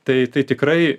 tai tai tikrai